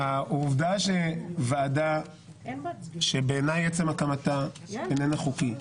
העובדה שוועדה שבעיניי עצם הקמתה אינה חוקית,